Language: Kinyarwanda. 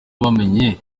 bamenye